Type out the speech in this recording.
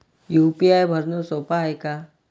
UPI भरनं सोप हाय का?